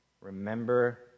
remember